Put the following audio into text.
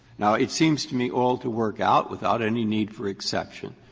now, it seems to me all to work out without any need for exception.